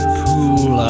pool